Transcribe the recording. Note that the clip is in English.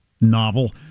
novel